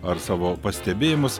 ar savo pastebėjimus